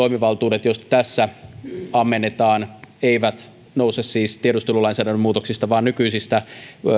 toimivaltuudet joista tässä ammennetaan eivät nouse siis tiedustelulainsäädännön muutoksista vaan nykyisestä